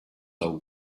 are